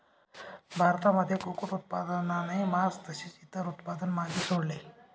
भारतामध्ये कुक्कुट उत्पादनाने मास तसेच इतर उत्पादन मागे सोडले